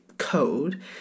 code